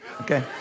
okay